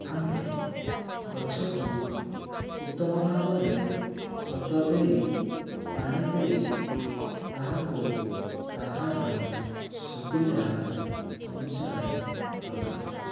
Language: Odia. ଆମ୍ଭେ ଗଛ କୁ ଉତ୍ତମ ଭାବରେ ଖତ ଦେଇ ପାଣି ଦେଇ ତାହାକୁ ତାହାର ସୁବିଧା ଅନୁସାରେ ରଖିଥାଉ